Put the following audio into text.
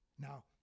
Now